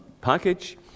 package